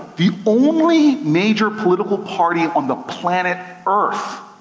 the only major political party on the planet earth,